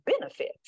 benefits